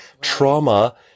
Trauma